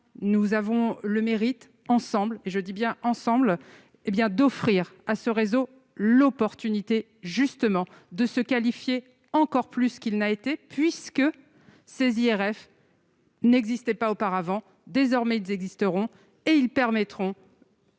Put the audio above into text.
nous avons le mérite ensemble et je dis bien ensemble, hé bien d'offrir à ce réseau, l'opportunité justement de se qualifier encore plus qu'il n'a été puisque saisie RF. N'existait pas auparavant, désormais ils existeront et ils permettront.